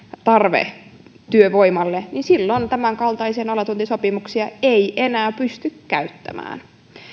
tarve työvoimalle niin silloin tämänkaltaisia nollatuntisopimuksia ei enää pysty käyttämään